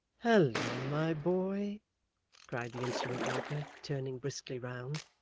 halloa, my boy cried the instrument-maker, turning briskly round.